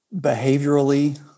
behaviorally